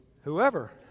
Whoever